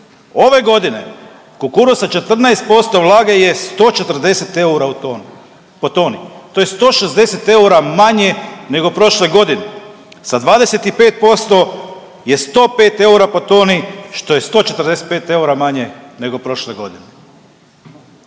ove godine kukuruz sa 14% vlage je 140 eura po toni, to je 160 eura manje nego prošle godine, sa 25% je 105 eura po toni, što je 145 eura manje nego prošle godine.